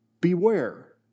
Beware